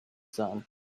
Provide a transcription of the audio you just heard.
sun